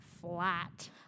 flat